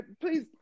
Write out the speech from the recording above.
please